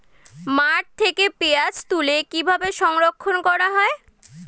মাঠ থেকে পেঁয়াজ তুলে কিভাবে সংরক্ষণ করা হয়?